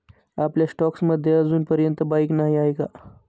आपल्या स्टॉक्स मध्ये अजूनपर्यंत बाईक नाही आहे का?